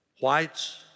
whites